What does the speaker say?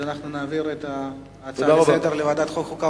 נעביר את ההצעה לסדר-היום לוועדת החוקה,